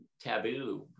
taboo